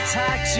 tax